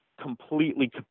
completely